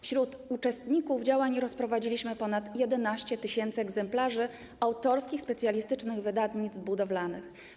Wśród uczestników działań rozprowadziliśmy ponad 11 tys. egzemplarzy autorskich, specjalistycznych wydawnictw budowlanych.